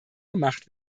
gemacht